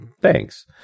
Thanks